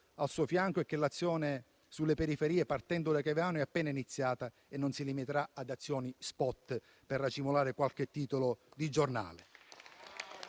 al suo fianco e che l'azione sulle periferie, partendo da Caivano, è appena iniziata e non si limiterà ad azioni *spot* per racimolare qualche titolo di giornale.